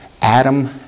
Adam